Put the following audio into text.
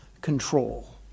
control